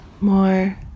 more